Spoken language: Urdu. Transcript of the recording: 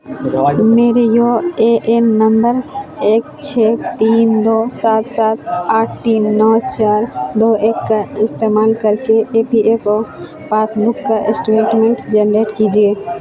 میرے یو اے این نمبر ایک چھ تین دو سات سات آٹھ تین نو چار دو ایک کا استعمال کر کے E P F O passbook کا اشٹیٹمنٹ جنریٹ کیجیے